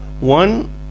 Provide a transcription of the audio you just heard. one